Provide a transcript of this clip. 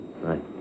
Right